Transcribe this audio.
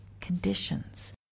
conditions